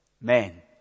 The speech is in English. men